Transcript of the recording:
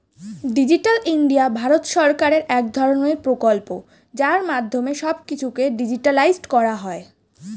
digital India Bharat সরকারের এক ধরণের প্রকল্প যার মাধ্যমে সব কিছুকে ডিজিটালাইসড করা হয়